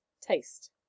taste